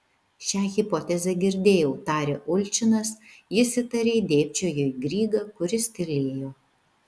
šią hipotezę girdėjau tarė ulčinas jis įtariai dėbčiojo į grygą kuris tylėjo